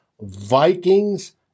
Vikings